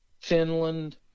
Finland